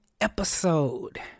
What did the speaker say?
episode